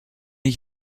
ich